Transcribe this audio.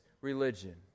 religion